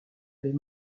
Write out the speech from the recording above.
avait